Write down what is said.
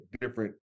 different